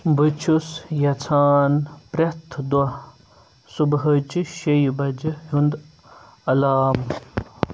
بہٕ چھُس یژھان پرٛتھ دۄہ صُبحچہِ شیٚیِہِ بجِہِ ہُنٛد اَلارام